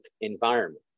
environment